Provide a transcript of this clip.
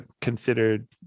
considered